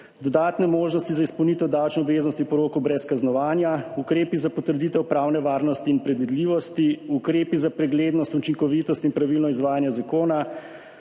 dodatne možnosti za izpolnitev davčne obveznosti po roku brez kaznovanja, ukrepi za potrditev pravne varnosti in predvidljivosti, ukrepi za preglednost, učinkovitost in pravilno izvajanje zakona,